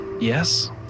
Yes